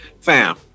fam